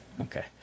okay